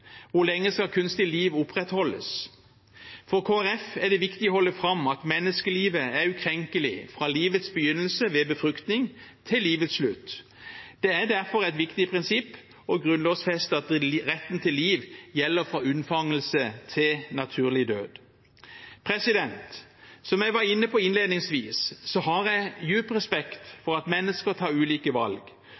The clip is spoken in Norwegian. Hvor lenge skal kunstig liv opprettholdes? For Kristelig Folkeparti er det viktig å holde fram at menneskelivet er ukrenkelig fra livets begynnelse, ved befruktning, til livets slutt. Det er derfor et viktig prinsipp å grunnlovfeste at retten til liv gjelder fra unnfangelse til naturlig død. Som jeg var inne på innledningsvis, har jeg dyp respekt for at mennesker tar ulike valg,